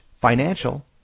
financial